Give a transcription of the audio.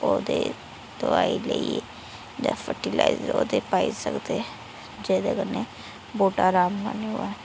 ओह्दे दवाई लेई जां फ़र्टिलाइज़र ओह्दे पाई सकदे जेह्दे कन्नै बूह्टा अराम कन्नै होऐ